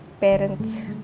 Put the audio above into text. parents